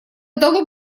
дало